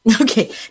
Okay